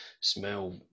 smell